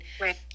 Right